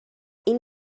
این